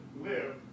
live